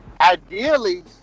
Ideally